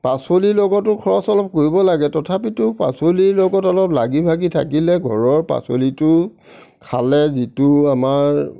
পাচলিৰ লগতো খৰচ অলপ কৰিব লাগে তথাপিতো পাচলিৰ লগত অলপ লাগি ভাগি থাকিলে ঘৰৰ পাচলিটো খালে যিটো আমাৰ